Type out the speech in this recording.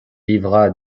livra